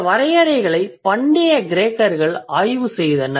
இந்த வரையறைகளை பண்டைய கிரேக்கர்கள் ஆய்வு செய்தனர்